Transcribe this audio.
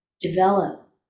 develop